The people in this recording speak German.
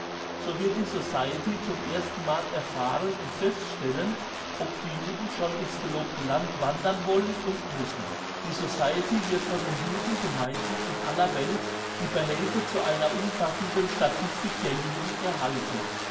so wird die society zum erstenmal erfahren und feststellen ob die juden schon in's gelobte land wandern wollen und müssen die society wird von den judengemeinden in aller welt die behelfe zu einer umfassenden statistik der juden erhalten